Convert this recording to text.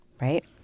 right